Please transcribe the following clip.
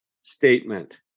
statement